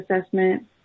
assessment